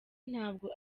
ntabwo